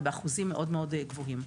ובאחוזים מאוד מאוד גבוהים.